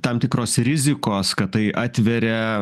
tam tikros rizikos kad tai atveria